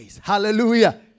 Hallelujah